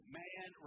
man